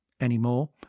anymore